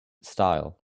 style